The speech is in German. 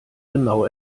genau